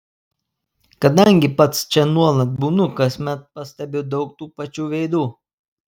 kadangi pats čia nuolat būnu kasmet pastebiu daug tų pačių veidų